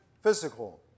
physical